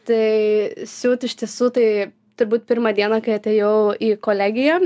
tai siūt iš tiesų tai turbūt pirmą dieną kai atėjau į kolegiją